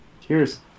Cheers